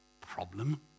Problem